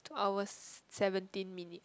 two hours seventeen minutes